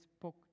spoke